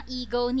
ego